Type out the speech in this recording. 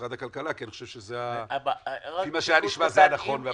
במשרד הכלכלה כי אני חושב שלפי מה שהיה נשמע זה המקום הנכון.